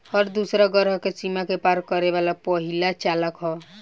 हर दूसरा ग्रह के सीमा के पार करे वाला पहिला चालक ह